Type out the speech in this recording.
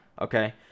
okay